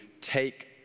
take